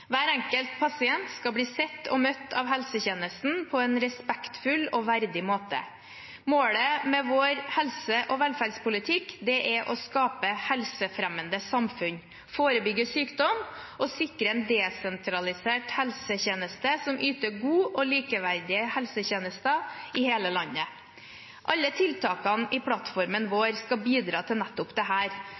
Hver enkelt pasient skal bli sett og møtt av helsetjenesten på en respektfull og verdig måte. Målet med vår helse- og velferdspolitikk er å skape helsefremmende samfunn, forebygge sykdom og sikre en desentralisert helsetjeneste som yter god og likeverdige helsetjenester i hele landet. Alle tiltakene i plattformen vår skal bidra til nettopp